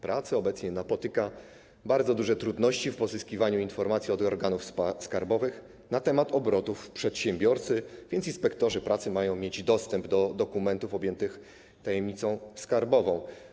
Pracy obecnie napotyka bardzo duże trudności w pozyskiwaniu informacji od organów skarbowych na temat obrotów przedsiębiorcy, dlatego inspektorzy pracy mają mieć dostęp do dokumentów objętych tajemnicą skarbową.